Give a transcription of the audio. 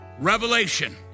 Revelation